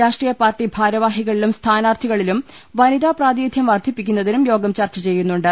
രാഷ്ട്രീയ പാർട്ടി ഭാരവാഹികളിലും സ്ഥാനാർത്ഥി കളിലും വനിതാപ്രാധിനിധ്യം വർദ്ധിപ്പിക്കുന്നതും യോഗം ചർച്ച ചെയ്യുന്നുണ്ട്